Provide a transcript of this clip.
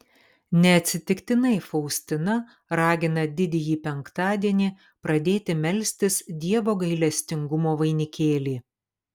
neatsitiktinai faustina ragina didįjį penktadienį pradėti melstis dievo gailestingumo vainikėlį